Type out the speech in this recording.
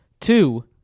Two